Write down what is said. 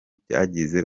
byagize